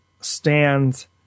stands